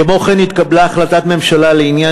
כמו כן התקבלה החלטת ממשלה לעניין